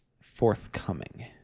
forthcoming